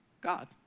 God